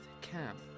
camp